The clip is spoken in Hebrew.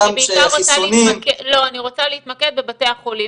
אני רוצה להתמקד בבתי החולים.